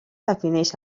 defineix